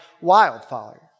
wildfire